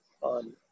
on